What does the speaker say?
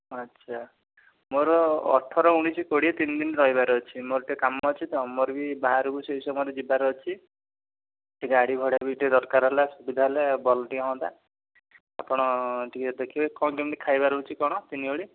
ଆଚ୍ଛା ମୋ'ର ଅଠର ଉଣାଇଶ କୋଡ଼ିଏ ତିନିଦିନ ରହିବାର ଅଛି ମୋ'ର ଟିକେ କାମ ଅଛି ତ ମୋ'ର ବି ବାହାରକୁ ସେଇ ସମୟରେ ଯିବାର ଅଛି ଟିକେ ଗାଡ଼ି ଭଡ଼ା ବି ଟିକେ ଦରକାର ହେଲା ସୁବିଧା ହେଲେ ଭଲ ଟିକେ ହୁଅନ୍ତା ଆପଣ ଟିକେ ଦେଖିବେ କଣ କେମିତି ଖାଇବା ରହୁଛି କଣ ତିନିଓଳି